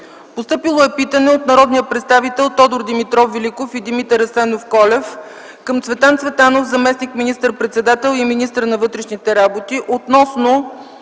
както следва: - от народните представители Тодор Димитров Великов и Димитър Асенов Колев към Цветан Цветанов – заместник министър-председател и министър на вътрешните работи, относно